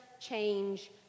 change